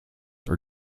are